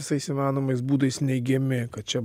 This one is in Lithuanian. visais įmanomais būdais neigiami kad čia